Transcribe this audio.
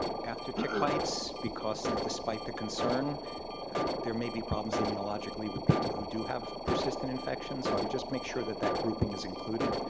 after tick bites, because despite the concern there may be problems immunologically with people who do have persistent infection. so i would just make sure that the grouping is included